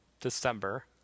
December